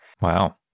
Wow